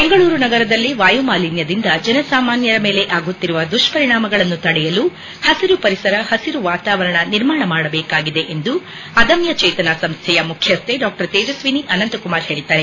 ಬೆಂಗಳೂರು ನಗರದಲ್ಲಿ ವಾಯು ಮಾಲಿನ್ಯದಿಂದ ಜನಸಾಮಾನ್ಯರ ಮೇಲೆ ಆಗುತ್ತಿರುವ ದುಷ್ಪರಿಣಾಮಗಳನ್ನು ತಡೆಯಲು ಹಸಿರು ಪರಿಸರ ಹಸಿರು ವಾತಾವರಣ ನಿರ್ಮಾಣ ಮಾಡಬೇಕಾಗಿದೆ ಎಂದು ಅದಮ್ಯ ಚೇತನ ಸಂಸ್ಡೆಯ ಮುಖ್ಯಸ್ಡೆ ತೇಜಸ್ವಿನಿ ಅನಂತಕುಮಾರ್ ಹೇಳಿದ್ದಾರೆ